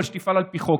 אבל שתפעל על פי החוק,